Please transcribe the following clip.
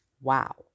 Wow